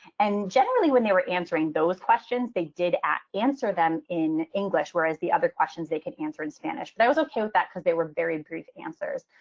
and generally, when they were answering those questions, they did answer them in english, whereas the other questions they could answer in spanish. but i was ok with that because they were very brief answers.